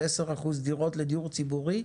10% דירות לדיור ציבורי,